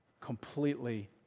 completely